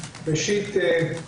ראשית,